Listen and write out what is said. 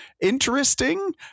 interesting